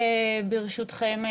ברשותכם,